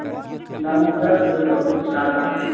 Manoj sir بِلکُل سَتھ